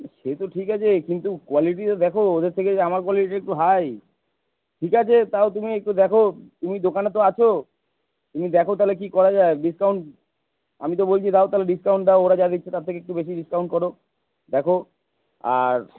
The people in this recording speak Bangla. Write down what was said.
সে তো ঠিক আছে কিন্তু কোয়ালিটিটা দেখো ওদের থেকে যে আমার কোয়ালিটি একটু হাই ঠিক আছে তাও তুমি একটু দেখো তুমি দোকানে তো আছো তুমি দেখো তাহলে কী করা যায় ডিসকাউন্ট আমি তো বলছি দাও তাহলে ডিসকাউন্ট দাও ওরা যা দিচ্ছে তার থেকে একটু বেশি ডিসকাউন্ট করো দেখো আর